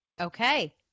Okay